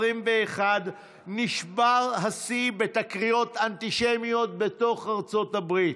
נשבר השיא בתקריות אנטישמיות בתוך ארצות הברית.